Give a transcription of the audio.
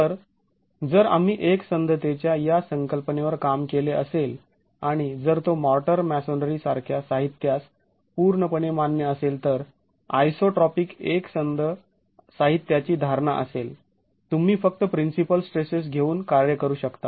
तर जर आम्ही एकसंधतेच्या या संकल्पनेवर काम केले असेल आणि जर तो मॉर्टर मॅसोनरी सारख्या साहित्यास पूर्णपणे मान्य असेल तर आयसोट्रॉपीक एकसंध साहित्याची धारणा असेल तर तुम्ही फक्त प्रिन्सिपल स्ट्रेसेस घेऊन कार्य करू शकता